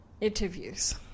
interviews